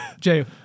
Jay